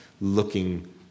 looking